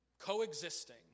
coexisting